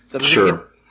Sure